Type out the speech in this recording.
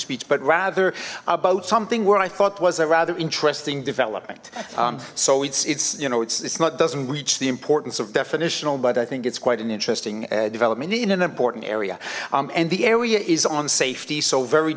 speech but rather about something where i thought was a rather interesting development so it's it's you know it's it's not doesn't reach the importance of definitional but i think it's quite an interesting development in an important area and the area is on safety so very